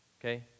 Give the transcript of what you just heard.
okay